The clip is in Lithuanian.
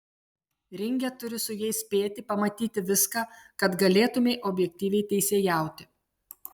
ringe turi su jais spėti pamatyti viską kad galėtumei objektyviai teisėjauti